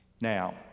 now